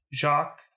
jacques